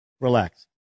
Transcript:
Relax